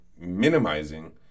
minimizing